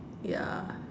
ya